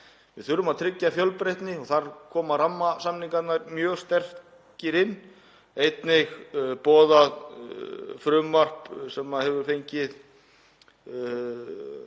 Við þurfum að tryggja fjölbreytni. Þar koma rammasamningarnir mjög sterkir inn sem og boðað frumvarp sem hefur fengið